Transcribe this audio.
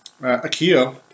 Akio